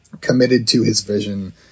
committed-to-his-vision